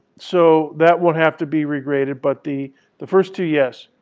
so that won't have to be regraded, but the the first two, yes.